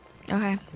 Okay